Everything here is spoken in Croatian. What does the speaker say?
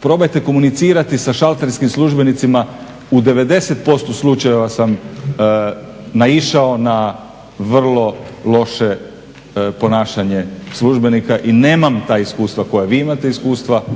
probajte komunicirati sa šalterskim službenicima. U 90% slučajeva sam naišao na vrlo loše ponašanje službenika i nemam ta iskustva koja vi imate iskustva.